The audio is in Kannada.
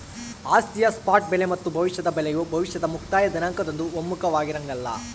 ಆಸ್ತಿಯ ಸ್ಪಾಟ್ ಬೆಲೆ ಮತ್ತು ಭವಿಷ್ಯದ ಬೆಲೆಯು ಭವಿಷ್ಯದ ಮುಕ್ತಾಯ ದಿನಾಂಕದಂದು ಒಮ್ಮುಖವಾಗಿರಂಗಿಲ್ಲ